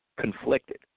conflicted